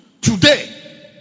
today